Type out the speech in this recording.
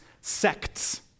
sects